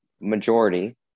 majority